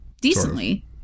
decently